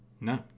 no